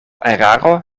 eraro